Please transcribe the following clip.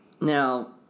Now